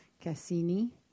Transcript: Cassini